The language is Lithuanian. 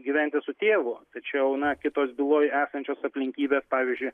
gyventi su tėvu tačiau na kitos byloj esančios aplinkybės pavyzdžiui